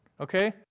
okay